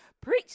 Preach